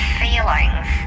feelings